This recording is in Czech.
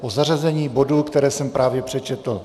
O zařazení bodů, které jsem právě přečetl.